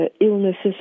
illnesses